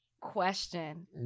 question